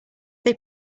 they